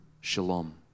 Shalom